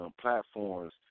platforms